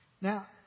Now